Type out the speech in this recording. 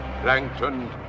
plankton